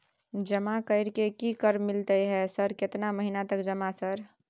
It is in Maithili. जमा कर के की कर मिलते है सर केतना महीना तक जमा सर?